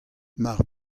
mar